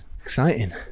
exciting